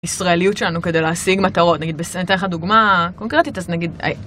ישראליות שלנו כדי להשיג מטרות נגיד בסנט.. אני אתן לך דוגמה קונקרטית אז נגיד.